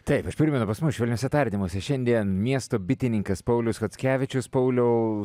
taip aš primenu pas mus švelniuose tardymuose šiandien miesto bitininkas paulius chockevičius pauliau